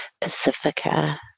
Pacifica